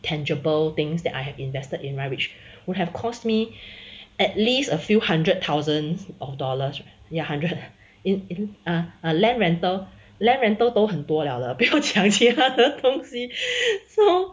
tangible things that I have invested in right which would have cost me at least a few hundred thousands of dollars ya hundred in ah land rental land rental 都很多了不要讲其他东西 so